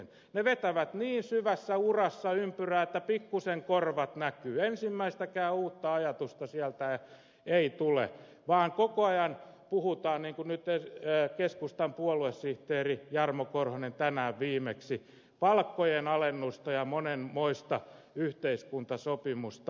ne vetävät niin syvässä urassa ympyrää että pikkuisen korvat näkyvät ensimmäistäkään uutta ajatusta sieltä ei tule vaan koko ajan puhutaan niin kuin nyt keskustan puoluesihteeri jarmo korhonen tänään viimeksi palkkojen alennusta ja monenmoista yhteiskuntasopimusta